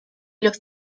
los